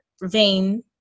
vein